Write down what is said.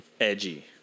edgy